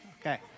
Okay